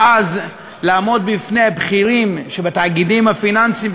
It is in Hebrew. ואז לעמוד בפני הבכירים שבתאגידים הפיננסיים,